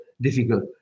difficult